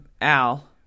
Al